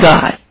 God